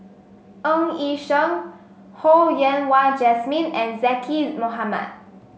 Ng Yi Sheng Ho Yen Wah Jesmine and Zaqy Mohamad